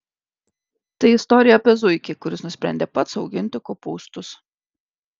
tai istorija apie zuikį kuris nusprendė pats auginti kopūstus